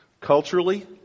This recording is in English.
Culturally